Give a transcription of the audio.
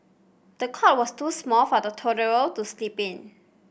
the cot was too small for the toddler to sleep in